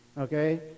Okay